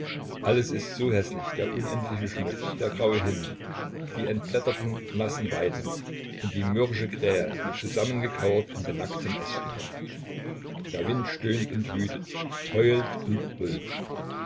alles ist so häßlich der unendliche schmutz der graue himmel die entblätterten nassen weiden und die mürrische krähe die zusammengekauert in den nackten ästen hockt der wind stöhnt und wütet heult und brüllt